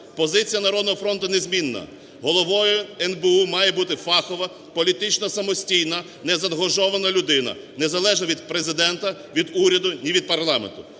Позиція "Народного фронту" незмінна: Головою НБУ має бути фахова політично самостійна, незаангажована людина, незалежна від Президента, від уряду і від парламенту.